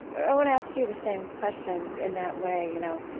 i want to ask you the same question in that way, you know,